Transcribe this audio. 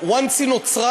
once היא נוצרה,